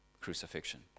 crucifixion